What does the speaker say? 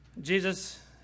Jesus